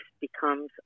becomes